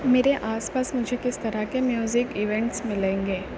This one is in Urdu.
میرے آس پاس مجھے کس طرح کے میوزک ایونٹس ملیں گے